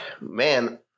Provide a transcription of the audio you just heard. man